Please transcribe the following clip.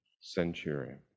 centurion